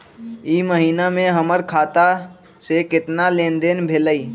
ई महीना में हमर खाता से केतना लेनदेन भेलइ?